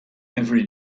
every